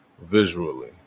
visually